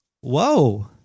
Whoa